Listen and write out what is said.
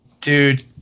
Dude